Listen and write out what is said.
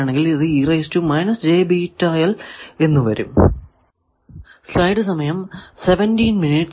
അപ്പോൾ നമുക്ക് കിട്ടി